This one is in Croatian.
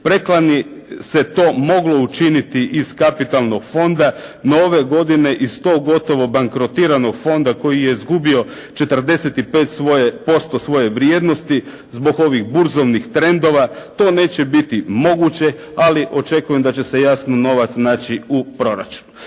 preklani se to moglo učiniti iz kapitalnog fonda, no ove godine iz tog gotovo bankrotiranog fonda koji je izgubio 45% svoje vrijednosti zbog ovih burzovnih trendova, to neće biti moguće, ali očekujem da će se jasno novac naći u proračunu.